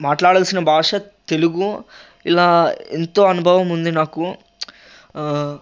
మాట్లాడాల్సిన భాష తెలుగు ఇలా ఎంతో అనుభవం ఉంది నాకు